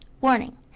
Warning